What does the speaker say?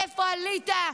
מאיפה עלית,